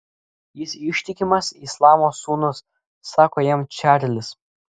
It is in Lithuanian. jis ištikimas islamo sūnus sako jam čarlis